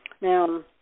Now